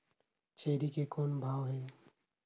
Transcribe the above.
छेरी के कौन भाव हे?